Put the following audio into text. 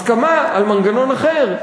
הסכמה על מנגנון אחר,